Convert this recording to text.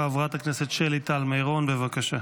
חברת הכנסת שלי טל מירון, בבקשה.